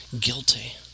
guilty